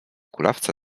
kulawca